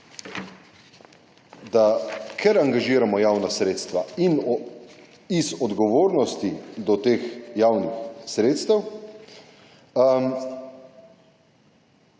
Da, ker angažiramo javna sredstva in iz odgovornosti do teh javnih sredstev,